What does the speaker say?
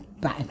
Bye